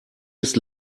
ist